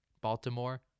Baltimore